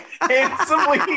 handsomely